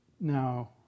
Now